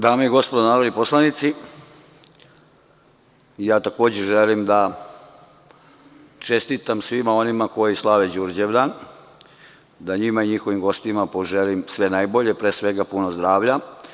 Dame i gospodo narodni poslanici, ja takođe želim da čestitam svima onima koji slave Đurđevdan, da njima i njihovim gostima poželim sve najbolje, pre svega puno zdravlja.